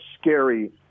scary